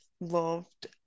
loved